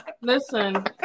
Listen